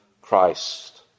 Christ